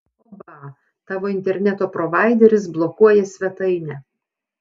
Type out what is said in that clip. oba tavo interneto provaideris blokuoja svetainę